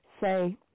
Say